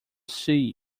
see